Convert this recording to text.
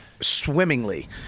Swimmingly